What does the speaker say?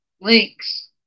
links